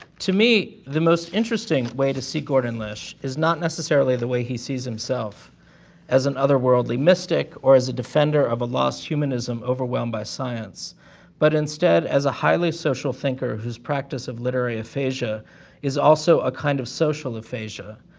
to me the most interesting way to see and lish is not necessarily the way he sees himself as an otherworldly mystic, or a defender of a lost humanism overwhelmed by science but instead as a highly social thinker whose practice of literary aphasia is also ah kind of social aphasia,